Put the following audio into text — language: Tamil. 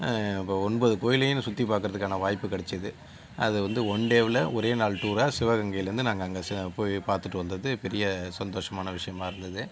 இப்போ ஒன்பது கோயிலையும் நான் சுற்றி பார்க்கறதுக்கான வாய்ப்பு கெடைச்சுது அது வந்து ஒன் டேவில் ஒரே நாள் டூராக சிவகங்கையில் இருந்து நாங்கள் அங்கே போய் பார்த்துட்டு வந்தது பெரிய சந்தோஷமான விஷயமாக இருந்தது